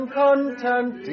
content